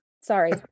sorry